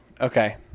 Okay